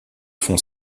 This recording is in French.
font